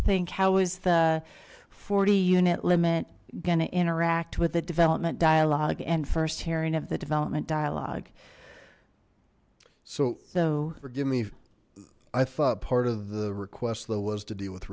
think how is the forty unit limit going to interact with the development dialogue and first hearing of the development dialogue so so forgive me i thought part of the request though was to deal with